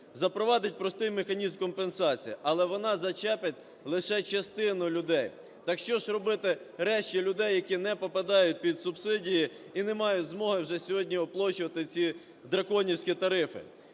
запровадить простий механізм компенсації, але вона зачепить лише частину людей. Так що ж робити решті людей, які не попадають під субсидії і не мають змоги вже сьогодні оплачувати ці драконівські тарифи?